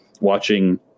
watching